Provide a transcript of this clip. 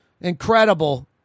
Incredible